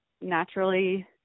naturally